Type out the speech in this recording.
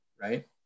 right